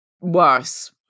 worse